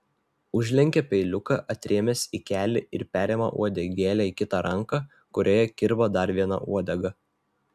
užlenkia peiliuką atrėmęs į kelį ir perima uodegėlę į kitą ranką kurioje kirba dar viena uodega